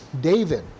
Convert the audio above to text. David